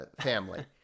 family